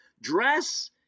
dress